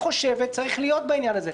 זה חייב להיות מצוין בסרטון עצמו.